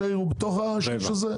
או רבע.